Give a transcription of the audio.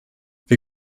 wir